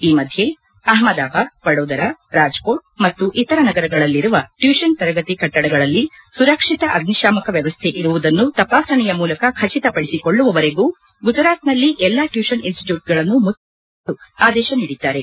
ಈ ನಡುವೆ ಅಹಮದಬಾದ್ ವಡೋದರ ರಾಜ್ಕೋಟ್ ಮತ್ತು ಇತರ ನಗರಗಳಲ್ಲಿ ಇರುವ ಟ್ಲೂಪನ್ ತರಗತಿ ಕಟ್ಟಡಗಳಲ್ಲಿ ಸುರಕ್ಷಿತ ಅಗ್ನಿಶಾಮಕ ವ್ಹವಸ್ಥೆ ಇರುವುದನ್ನು ತಪಾಸಣೆಯ ಮೂಲಕ ಖಚಿತಪಡಿಸಿಕೊಳ್ಳುವವರೆಗೂ ಗುಜರಾತ್ನಲ್ಲಿ ಎಲ್ಲಾ ಟ್ಲೂಪನ್ ಇನ್ನಿಟ್ಲೂಟ್ಗಳನ್ನು ಮುಚ್ಲಲು ಸ್ವಳೀಯ ಅಧಿಕಾರಿಗಳು ಆದೇತ ನೀಡಿದ್ದಾರೆ